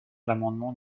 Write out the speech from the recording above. l’amendement